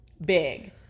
big